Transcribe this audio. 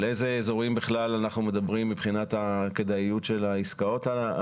על איזה אזורים בכלל אנחנו מדברים מבחינת הכדאיות של העסקאות הללו,